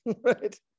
right